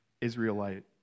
Israelite